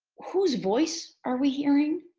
whose voice are we hearing?